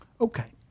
Okay